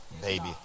baby